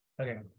Okay